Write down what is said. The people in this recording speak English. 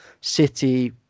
City